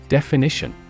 Definition